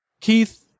Keith